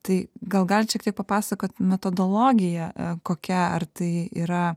tai gal galit šiek tiek papasakot metodologiją kokia ar tai yra